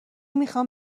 میخوام